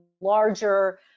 larger